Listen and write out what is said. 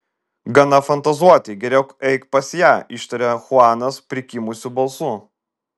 gana fantazuoti geriau eik pas ją ištaria chuanas prikimusiu balsu